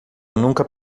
nunca